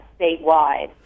statewide